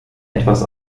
etwas